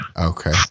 Okay